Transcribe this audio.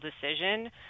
decision